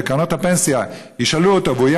וקרנות הפנסיה ישאלו אותו והוא יהיה